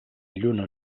lluna